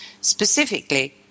specifically